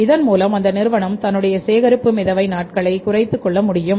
இதன் மூலம் அந்த நிறுவனம் தன்னுடைய சேகரிப்பு மிதவை நாட்களைக் குறைத்துக் கொள்ள முடியும்